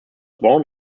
born